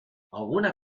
alguna